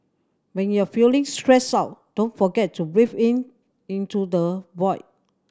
when you are feeling stressed out don't forget to breathe in into the void